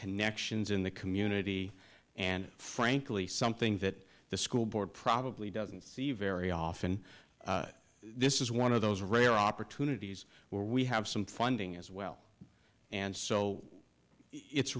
connections in the community and frankly something that the school board probably doesn't see very often this is one of those rare opportunities where we have some funding as well and so it's